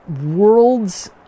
world's